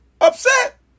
upset